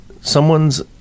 someone's